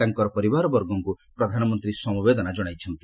ତାଙ୍କର ପରିବାରବର୍ଗଙ୍କୁ ପ୍ରଧାନମନ୍ତ୍ରୀ ସମବେଦନା ଜଣାଇଛନ୍ତି